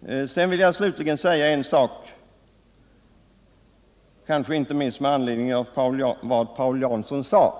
i dessa fall. Slutligen vill jag påpeka en sak, inte minst med anledning av vad Paul Jansson yttrande.